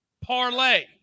Parlay